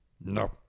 no